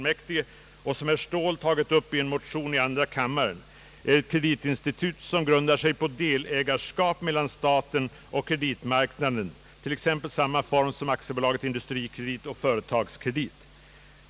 mäktige och som herr Ståhl tagit upp i en motion i andra kammaren är ett kreditinstitut som grundar sig på delägarskap mellan staten och kreditmarknaden, t.ex. samma form som AB Industrikredit och AB Företagskredit.